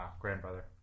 grandfather